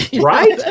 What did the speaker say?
right